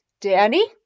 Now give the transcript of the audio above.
Danny